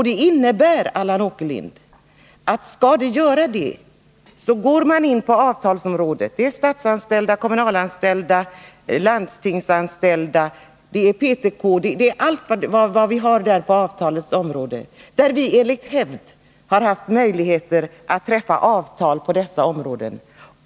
Det innebär, Allan Åkerlind, att man går in på avtalsområdet. Det gäller statsanställda, kommunalanställda, landstingsanställda, PTK, allt vad vi har på avtalsområdet, där vi enligt hävd har haft möjligheter att träffa avtal i dessa avseenden.